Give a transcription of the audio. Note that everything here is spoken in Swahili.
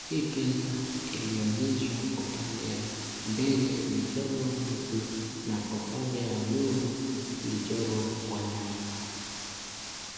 hii pesa ilionyeshwa upande ya mbele ilichorwa mtu na upande ya nyuma ilichorwa wanyama.